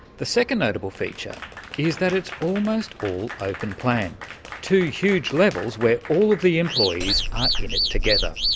the second notable feature is that it's almost all open-plan, two huge levels where all of the employees are in it together.